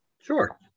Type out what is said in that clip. sure